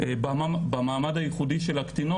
במיוחד כשיש ועדות שאנחנו